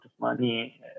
money